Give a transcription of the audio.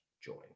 join